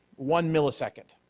one millisecond,